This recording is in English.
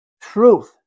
Truth